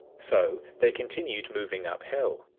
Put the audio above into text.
so they continued moving uphill,